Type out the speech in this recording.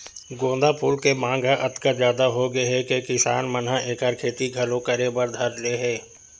गोंदा फूल के मांग ह अतका जादा होगे हे कि किसान मन ह एखर खेती घलो करे बर धर ले हे